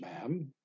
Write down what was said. ma'am